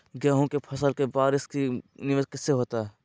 गेंहू के फ़सल के बारिस में की निवेस होता है?